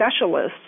specialists